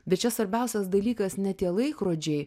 bet čia svarbiausias dalykas ne tie laikrodžiai